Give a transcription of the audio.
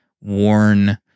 worn